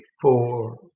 four